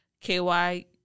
KY